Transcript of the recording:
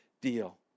deal